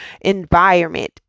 environment